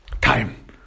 time